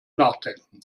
nachdenken